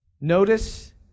Notice